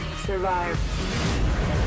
Survive